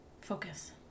Focus